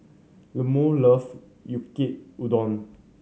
Lemuel loves Yaki Udon